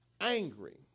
angry